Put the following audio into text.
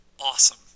awesome